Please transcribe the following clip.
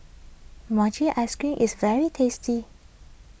Mochi Ice Cream is very tasty